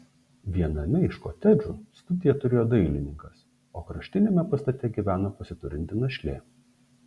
viename iš kotedžų studiją turėjo dailininkas o kraštiniame pastate gyveno pasiturinti našlė